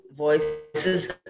voices